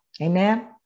Amen